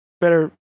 better